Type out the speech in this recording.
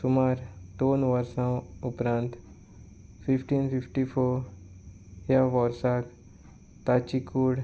सुमार दोन वर्सां उपरांत फिफ्टीन फिफ्टी फोर ह्या वर्साक ताची कूड